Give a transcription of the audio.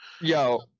Yo